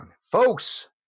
folks